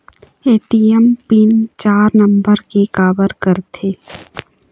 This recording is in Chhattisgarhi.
ए.टी.एम पिन चार नंबर के काबर करथे?